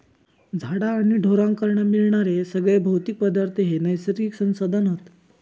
झाडा आणि ढोरांकडना मिळणारे सगळे भौतिक पदार्थ हे नैसर्गिक संसाधन हत